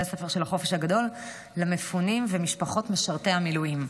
הספר של החופש הגדול למפונים ומשפחות משרתי המילואים.